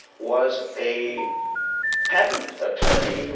was a patent attorney.